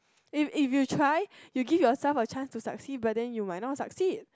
if if you try you give yourself a chance to succeed but then you might not succeed